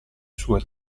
sue